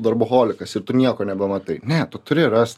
darboholikas ir tu nieko nebematai ne tu turi rast